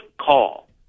call